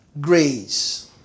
grace